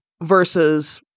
versus